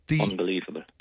unbelievable